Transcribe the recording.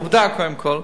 עובדה, קודם כול,